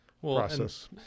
process